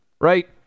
right